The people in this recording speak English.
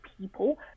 people